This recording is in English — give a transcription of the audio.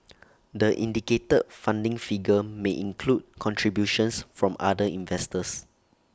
the indicated funding figure may include contributions from other investors